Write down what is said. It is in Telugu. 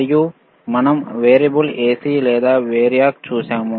మరియు మేము వేరియబుల్ ఎసి లేదా వేరియాక్ చూశాము